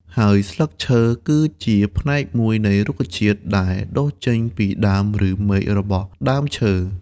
ហើយស្លឺកឈើ គីជាផ្នែកមួយនៃរុក្ខជាតិដែលដុះចេញពីដើមឬមែករបស់ដើមឈើ។